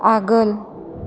आगोल